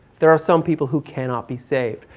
there are some people who cannot be saved.